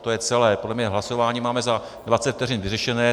To je celé, podle mě hlasování máme za dvacet vteřin vyřešené.